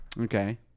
Okay